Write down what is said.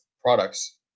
products